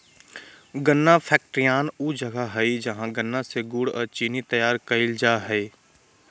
गन्ना फैक्ट्रियान ऊ जगह हइ जहां गन्ना से गुड़ अ चीनी तैयार कईल जा हइ